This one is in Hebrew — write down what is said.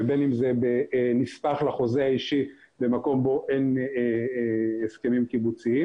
ובין אם זה בנספח לחוזה האישי במקום בו אין הסכמים קיבוציים.